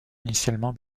initialement